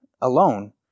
alone